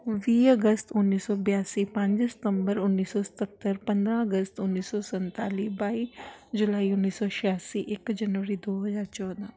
ਵੀਹ ਅਗਸਤ ਉੱਨੀ ਸੌ ਬਿਆਸੀ ਪੰਜ ਸਤੰਬਰ ਉੱਨੀ ਸੌ ਸਤੱਤਰ ਪੰਦਰਾਂ ਅਗਸਤ ਉੱਨੀ ਸੌ ਸੰਤਾਲੀ ਬਾਈ ਜੁਲਾਈ ਉੱਨੀ ਸੌ ਛਿਆਸੀ ਇਕ ਜਨਵਰੀ ਦੋ ਹਜ਼ਾਰ ਚੌਦਾਂ